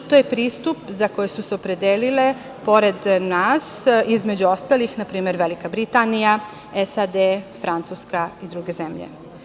To je pristup za koji su se opredelile, pored nas, između ostalih, na primer, Velika Britanija, SAD, Francuska i druge zemlje.